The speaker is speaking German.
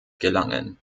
gelangen